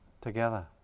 together